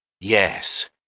Yes